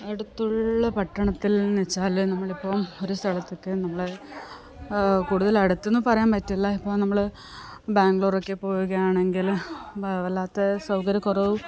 അടുത്തുള്ള പട്ടണത്തിൽ എന്ന് വെച്ചാല് നമ്മളിപ്പോള് ഒരു സ്ഥലത്തേക്ക് നമ്മള് കൂടുതൽ അടുത്തെന്നു പറയാൻ പറ്റില്ല ഇപ്പോള് നമ്മള് ബാംഗ്ലൂരൊക്കെ പോവുകയാണെങ്കില് വല്ലാത്ത സൗകര്യക്കുറവും